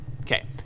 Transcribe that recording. Okay